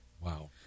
Wow